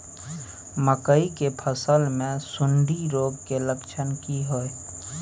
मकई के फसल मे सुंडी रोग के लक्षण की हय?